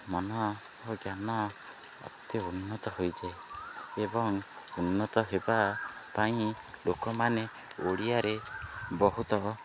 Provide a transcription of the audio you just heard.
ମନ ଓ ଜ୍ଞାନ ଅତି ଉନ୍ନତ ହୋଇଯାଏ ଏବଂ ଉନ୍ନତ ହେବା ପାଇଁ ଲୋକମାନେ ଓଡ଼ିଆରେ ବହୁତ